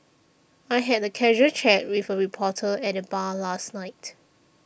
I had a casual chat with a reporter at the bar last night